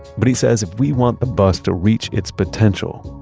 but he says, if we want the bus to reach its potential,